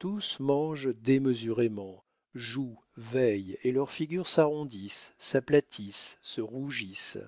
tous mangent démesurément jouent veillent et leurs figures s'arrondissent s'aplatissent se rougissent